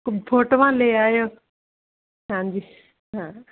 ਫੋਟੋਆਂ ਲੈ ਆਇਓ ਹਾਂਜੀ ਹਾਂ